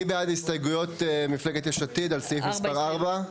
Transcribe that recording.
מי בעד ההסתייגויות של מפלגת יש עתיד על סעיף מספר 4?